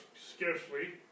scarcely